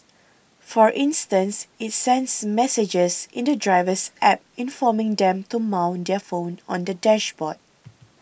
for instance it sends messages in the driver's App informing them to mount their phone on the dashboard